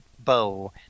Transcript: bow